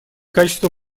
качество